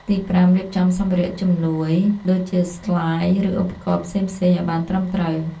ទីប្រាំ រៀបចំសម្ភារៈជំនួយដូចជាស្លាយ ឬឧបករណ៍ផ្សេងៗឱ្យបានត្រឹមត្រូវ។